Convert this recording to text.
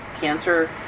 Cancer